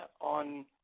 on